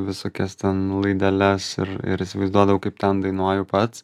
visokias ten laideles ir ir įsivaizduodavau kaip ten dainuoju pats